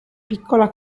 piccola